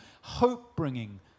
hope-bringing